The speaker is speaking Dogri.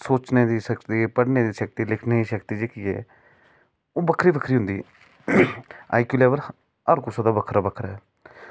सोचने दी शक्ति पढ़ने दी शक्ति लिखने दी शक्ति जेह्की ओह् बक्खरी बक्खरी होंदी आईक्यू लेवल हर कुसै दा बक्खरा बक्खरा ऐ